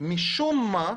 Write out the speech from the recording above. משום מה,